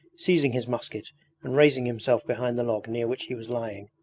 seizing his musket and raising himself behind the log near which he was lying.